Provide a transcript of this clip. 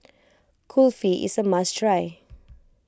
Kulfi is a must try